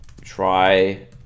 try